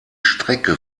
strecke